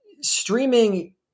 Streaming